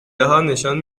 نشان